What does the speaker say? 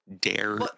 dare